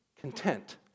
content